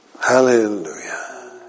Hallelujah